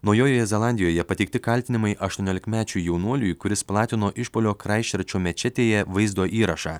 naujojoje zelandijoje pateikti kaltinimai aštuoniolikmečiui jaunuoliui kuris platino išpuolio kraistčerčo mečetėje vaizdo įrašą